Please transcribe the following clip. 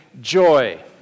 joy